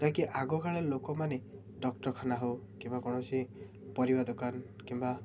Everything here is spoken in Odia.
ଯାହାକି ଆଗକାଳ ଲୋକମାନେ ଡକ୍ଟରଖାନା ହଉ କିମ୍ବା କୌଣସି ପରିବା ଦୋକାନ କିମ୍ବା